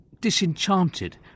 disenchanted